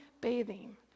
bathing